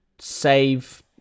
save